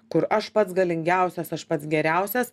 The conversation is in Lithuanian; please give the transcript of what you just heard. kur aš pats galingiausias aš pats geriausias